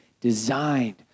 designed